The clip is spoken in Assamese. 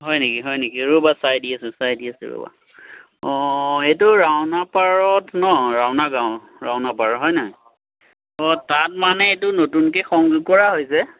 হয় নেকি হয় নেকি ৰ'বা চাই দি আছোঁ চাই দি আছোঁ ৰ'বা অঁ এইটো ৰাওনা পাৰত ন ৰাওনা গাঁও ৰাওনা পাৰ হয়নে অঁ তাত মানে এইটো নতুনকৈ সংযোগ কৰা হৈছে